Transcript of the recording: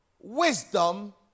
wisdom